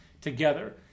together